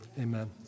Amen